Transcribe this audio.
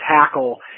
tackle